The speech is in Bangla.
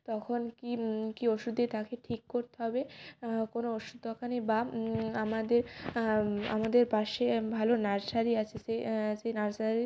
তখন কী কী ওষুধ দিয়ে তাকে ঠিক করতে হবে কোনো ওষুধ দোকানে বা আমাদের আমাদের পাশে ভালো নার্সারি আছে সে সে নার্সারি